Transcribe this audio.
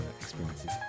experiences